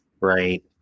right